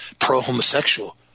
pro-homosexual